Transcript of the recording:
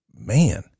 man